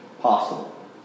possible